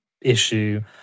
issue